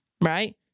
right